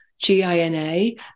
G-I-N-A